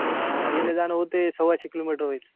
हा येणं जाणं होते सव्वाशे किलोमीटर होयच